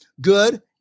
good